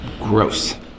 gross